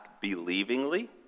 believingly